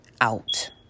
out